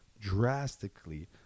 drastically